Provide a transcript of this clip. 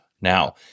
Now